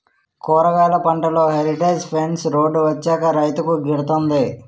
కూరగాయలు పంటలో heritage fence road వచ్చాక రైతుకు గిడతంది